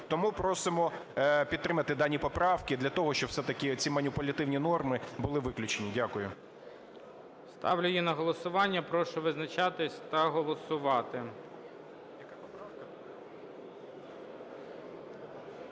Тому просимо підтримати дані поправки для того, щоб все-таки ці маніпулятивні норми були виключені. Дякую. ГОЛОВУЮЧИЙ. Ставлю її на голосування. Прошу визначатись та голосувати.